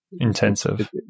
intensive